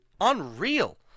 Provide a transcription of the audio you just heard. unreal